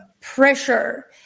pressure